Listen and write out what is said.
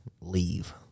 leave